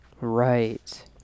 right